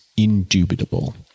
indubitable